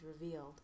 revealed